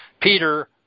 Peter